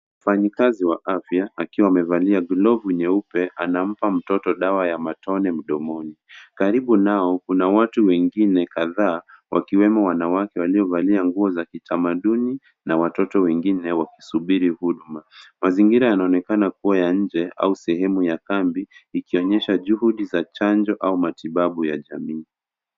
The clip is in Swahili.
Mfanyikazi wa afya akiwa amevalia glovu nyeupe anampa mtoto dawa ya matone mdomoni. Karibu nao kuna watu wengine kadhaa wakiwemo wanawake waliovalia nguo za kitamaduni na watoto wengine wakisubiri huduma. Mazingira yanaonekana kuwa ya nje au sehemu ya kambi ikionyesha juhudi za chanjo au matibabu ya jamii.